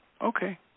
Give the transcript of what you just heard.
Okay